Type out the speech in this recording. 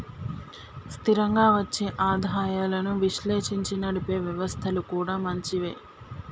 స్థిరంగా వచ్చే ఆదాయాలను విశ్లేషించి నడిపే వ్యవస్థలు కూడా మంచివే